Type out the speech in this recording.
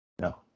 No